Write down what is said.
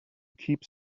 keeps